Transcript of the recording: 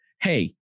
Hey